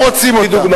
כולם רוצים אותה.